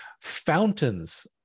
fountains